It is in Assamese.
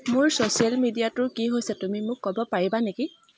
মোৰ ছ'চিয়েল মিডিয়াটোৰ কি হৈছে তুমি মোক ক'ব পাৰিবা নেকি